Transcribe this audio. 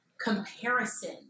comparison